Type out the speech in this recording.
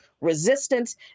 Resistance